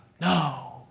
No